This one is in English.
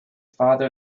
father